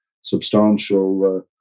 substantial